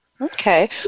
Okay